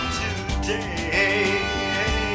today